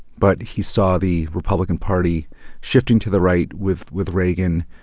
but he saw the republican party shifting to the right with with reagan.